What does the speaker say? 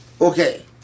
Okay